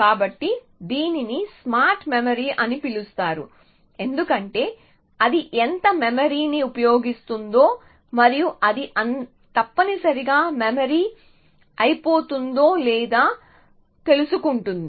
కాబట్టి దీనిని smart memory అని పిలుస్తారు ఎందుకంటే అది ఎంత మెమరీని ఉపయోగిస్తుందో మరియు అది తప్పనిసరిగా మెమరీ అయిపోతుందో లేదో తెలుసుకుంటుంది